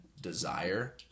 desire